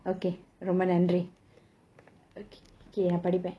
okay ரொம்ப நன்றி:romba nandri okay படிப்பேன்:padippaen